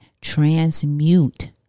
transmute